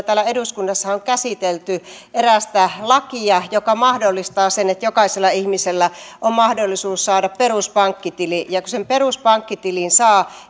täällä eduskunnassa on käsitelty erästä lakia joka mahdollistaa sen että jokaisella ihmisellä on mahdollisuus saada peruspankkitili ja kun sen peruspankkitilin saa